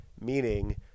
meaning